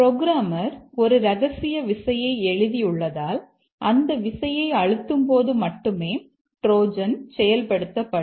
programmer ஒரு ரகசிய விசையை எழுதியுள்ளதால் அந்த விசையை அழுத்தும் போது மட்டுமே ட்ரோஜன் செயல்படுத்தப்படும்